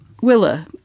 Willa